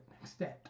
extent